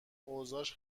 اوضاش